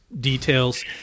details